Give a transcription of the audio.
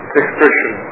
expression